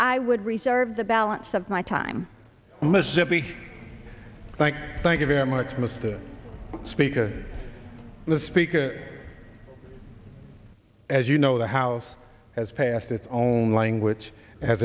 i would reserve the balance of my time mississippi thank you thank you very much mr speaker the speaker as you know the house has passed its own language a